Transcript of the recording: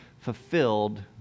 fulfilled